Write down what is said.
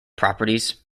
properties